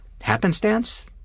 happenstance